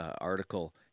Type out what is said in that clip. article